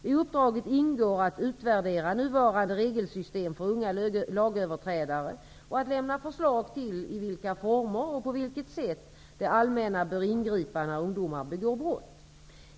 I uppdraget ingår att utvärdera nuvarande regelsystem för unga lagöverträdare och att lämna förslag till i vilka former och på vilket sätt det allmänna bör ingripa när ungdomar begår brott.